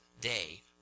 day